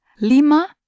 lima